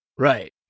Right